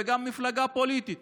וגם מפלגה פוליטית